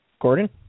Gordon